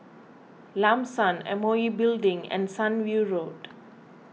Lam San M O E Building and Sunview Road